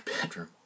bedroom